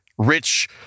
Rich